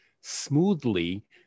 smoothly